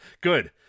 Good